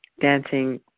dancing